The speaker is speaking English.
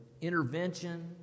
intervention